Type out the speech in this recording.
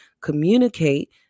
communicate